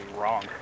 wrong